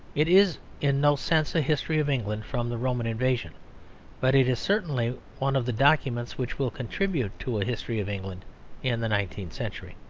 it is in no sense a history of england from the roman invasion but it is certainly one of the documents which will contribute to a history of england in the nineteenth century.